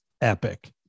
epic